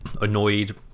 annoyed